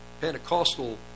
Pentecostal